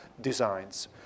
designs